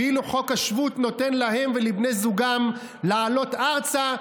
ואילו חוק השבות נותן להם ולבני זוגם לעלות ארצה,